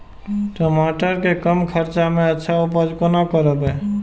टमाटर के कम खर्चा में अच्छा उपज कोना करबे?